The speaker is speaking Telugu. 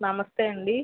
నమస్తే అండి